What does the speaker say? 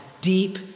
deep